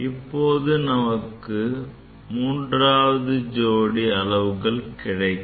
இப்போது நமக்கு மூன்றாவது ஜோடி அளவுகள் கிடைக்கும்